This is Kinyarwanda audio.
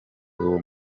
uwo